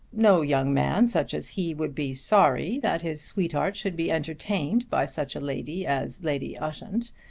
no young man such as he would be sorry that his sweetheart should be entertained by such a lady as lady ushant.